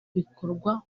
bikorwa